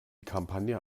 kampagne